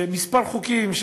וכמה חוקים,